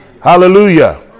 Hallelujah